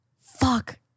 Fuck